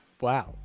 Wow